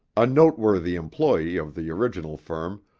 a noteworthy employe of the original firm,